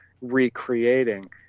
recreating